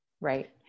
right